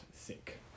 sick